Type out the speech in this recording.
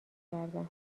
کردم